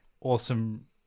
awesome